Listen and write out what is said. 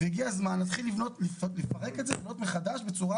הגיע הזמן לפרק את זה ולבנות מחדש בצורה